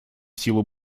силу